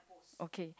okay